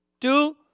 two